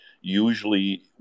usually